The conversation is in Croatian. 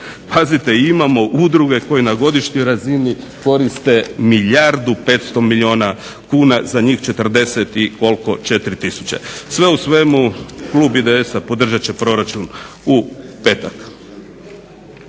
pazite imate udruge koje na godišnjoj razini koriste milijardu i 500 milijuna kuna za njih 40 i koliko 4 tisuće. Sve u svemu klub IDS-a podržat će proračun u petak.